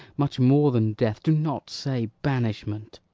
much more than death do not say banishment.